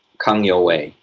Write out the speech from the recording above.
kang youwei,